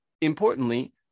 importantly